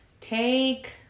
take